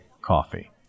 coffee